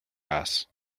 grass